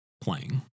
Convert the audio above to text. playing